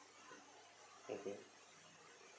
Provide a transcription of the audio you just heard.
mmhmm